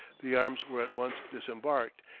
the arms were at once disembarked,